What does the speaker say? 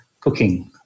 cooking